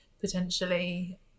potentially